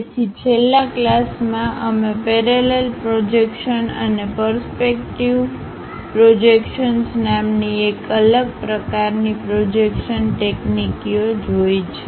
તેથી છેલ્લા ક્લાસમાં અમે પેરેલલ પ્રોજેક્શન અને પરસ્પેક્ટીવ પરસ્પેક્ટીવ પ્રોજેક્શન્સ નામની એક અલગ પ્રકારની પ્રોજેક્શન ટેકનીકીઓ જોઇ છે